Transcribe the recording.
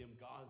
God